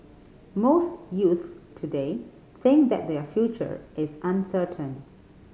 most youths today think that their future is uncertain